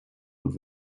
und